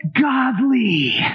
godly